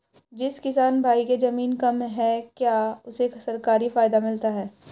जिस किसान भाई के ज़मीन कम है क्या उसे सरकारी फायदा मिलता है?